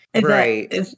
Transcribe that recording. Right